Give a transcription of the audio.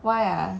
why ah